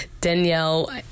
Danielle